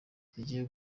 zigiye